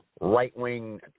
right-wing